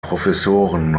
professoren